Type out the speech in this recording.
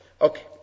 Okay